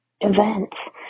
events